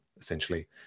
essentially